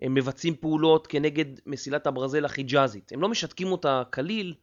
הם מבצעים פעולות כנגד מסילת הברזל החיג'אזית, הם לא משתקים אותה כליל.